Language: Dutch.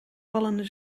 vallende